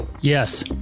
Yes